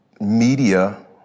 Media